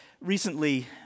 recently